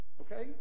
Okay